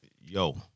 Yo